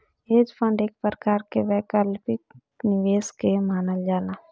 hedge fund एक प्रकार के वैकल्पिक निवेश के मानल जाला